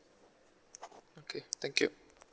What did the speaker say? okay thank you